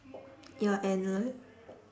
ya and like